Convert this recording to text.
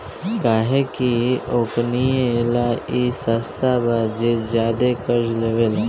काहे कि ओकनीये ला ई सस्ता बा जे ज्यादे कर्जा लेवेला